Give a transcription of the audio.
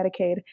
Medicaid